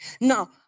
Now